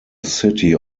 city